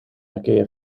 aquella